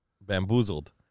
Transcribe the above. bamboozled